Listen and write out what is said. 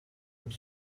une